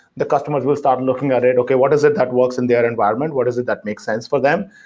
the customers will start looking at it, okay, what is it that works in their environment? what is it that makes sense for them?